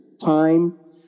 time